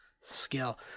skill